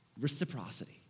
Reciprocity